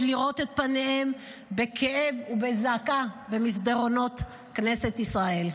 לראות את פניהם בכאב ובזעקה במסדרונות כנסת ישראל.